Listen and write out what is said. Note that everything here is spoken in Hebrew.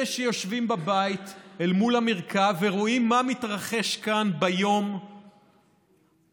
אלה שיושבים בבית אל מול המרקע ורואים מה מתרחש כאן ביום האפור,